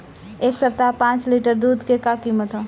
एह सप्ताह पाँच लीटर दुध के का किमत ह?